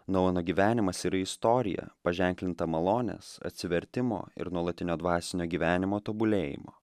noueno gyvenimas ir istorija paženklinta malonės atsivertimo ir nuolatinio dvasinio gyvenimo tobulėjimo